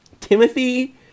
Timothy